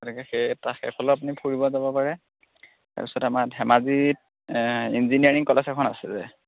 গতিকে সেইফালে আপুনি ফুৰিব যাব পাৰে তাৰপিছত আমাৰ ধেমাজিত ইঞ্জিনিয়াৰিং কলেজ এখন আছে যে